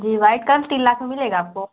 जी white colour तीन लाख में मिलेगा आपको